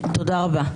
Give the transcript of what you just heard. תודה רבה.